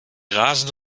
rasende